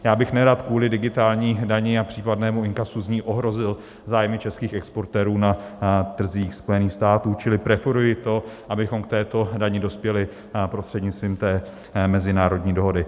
Já bych nerad kvůli digitální dani a případnému inkasu z ní ohrozil zájmy českých exportérů na trzích Spojených států, čili preferuji to, abychom k této dani dospěli prostřednictvím té mezinárodní dohody.